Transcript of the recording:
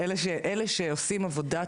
אלה שעושים עבודה טובה,